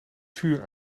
vuur